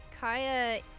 Kaya